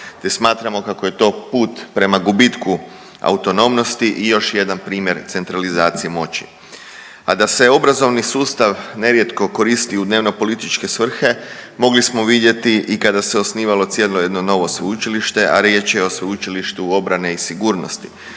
smatramo kako je to put prema gubitku autonomnosti i još jedan primjer centralizacije moći. A da se obrazovni sustav nerijetko koristi u dnevno političke svrhe mogli smo vidjeti i kada se osnivalo cijelo jedno novo sveučilište, a riječ je o Sveučilištu obrane i sigurnosti.